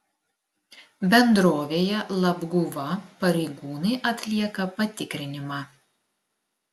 bendrovėje labguva pareigūnai atlieka patikrinimą